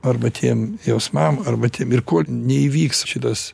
arba tiem jausmam arba tiem ir kol neįvyks šitas